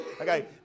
Okay